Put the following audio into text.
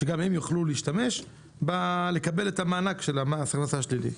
שגם הם יוכלו לקבל את המענק של מס ההכנסה השלילי.